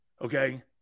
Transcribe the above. Okay